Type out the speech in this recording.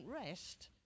rest